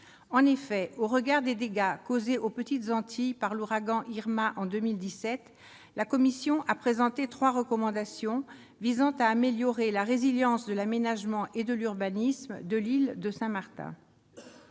En effet, au regard des dégâts causés aux Petites Antilles par l'ouragan Irma en 2017, la commission a présenté trois recommandations visant à améliorer la résilience de l'aménagement et de l'urbanisme de l'île de Saint-Martin.